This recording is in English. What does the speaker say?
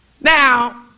Now